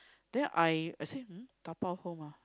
then I I say um dabao home ah